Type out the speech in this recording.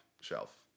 shelf